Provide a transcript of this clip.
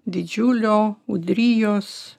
didžiulio ūdrijos